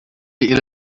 إلى